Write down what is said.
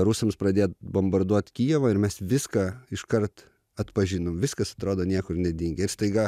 rusams pradėt bombarduoti kijevą ir mes viską iškart atpažinom viskas atrodo niekur nedingę ir staiga